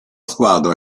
squadra